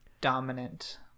dominant